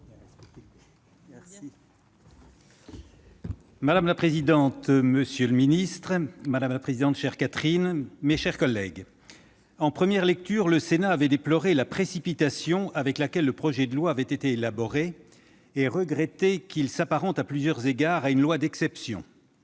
Madame la présidente, monsieur le ministre, madame la présidente de la commission, mes chers collègues, en première lecture, le Sénat avait déploré la précipitation avec laquelle le projet de loi avait été élaboré et regretté qu'il s'apparente, à plusieurs égards, à une loi d'exception.